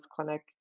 clinic